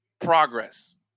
progress